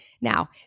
Now